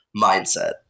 mindset